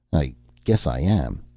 i guess i am.